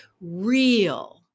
real